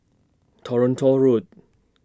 Toronto Road